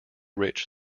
rich